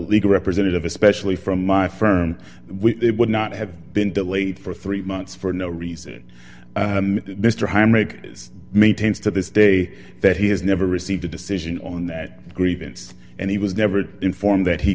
legal representative especially from my firm it would not have been delayed for three months for no reason mr hamrick maintains to this day that he has never received a decision on that grievance and he was never informed that he